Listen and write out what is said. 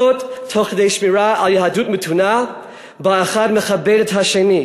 וכל זאת תוך כדי שמירה על יהדות מתונה שבה האחד מכבד את השני.